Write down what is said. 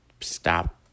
stop